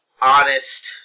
honest